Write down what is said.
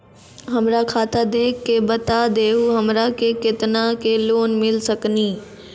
हमरा खाता देख के बता देहु हमरा के केतना के लोन मिल सकनी?